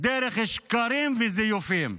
דרך שקרים וזיופים.